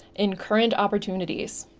in current opportunities,